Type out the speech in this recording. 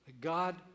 God